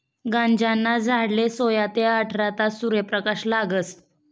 गांजाना झाडले सोया ते आठरा तास सूर्यप्रकाश लागस